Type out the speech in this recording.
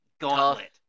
Gauntlet